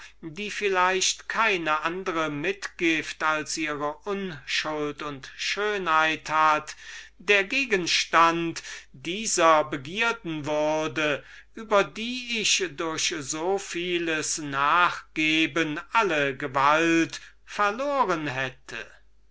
die vielleicht kein andres heuratsgut als ihre unschuld und schönheit hat der gegenstand dieser begierden würde über die ich durch so vieles nachgeben alle gewalt verloren hätte